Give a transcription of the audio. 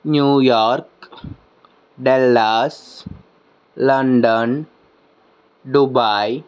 New York Dallas London Dubai